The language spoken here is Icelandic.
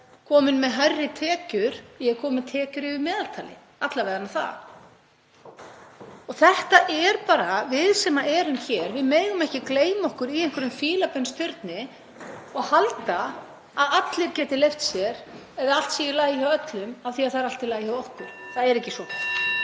komin með hærri tekjur. Ég er komin með tekjur yfir meðaltali, alla vegana það. Við sem erum hér megum ekki gleyma okkur í einhverjum fílabeinsturni og halda að allir geti leyft sér, eða að allt sé í lagi hjá öllum af því að það er allt í lagi hjá okkur. Það er ekki svo.